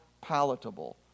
palatable